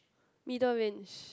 middle range